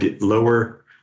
lower